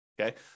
okay